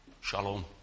shalom